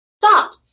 stop